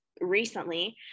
recently